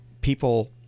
people